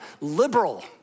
liberal